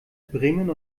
bremen